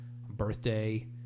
birthday